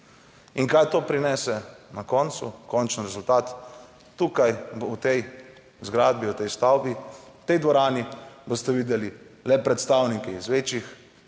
In kaj to prinese na koncu končni rezultat? Tukaj bo v tej zgradbi, v tej stavbi, v tej dvorani boste videli le predstavnike iz večjih